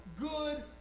good